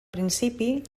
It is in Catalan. principi